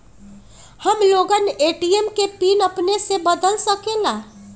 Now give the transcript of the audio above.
हम लोगन ए.टी.एम के पिन अपने से बदल सकेला?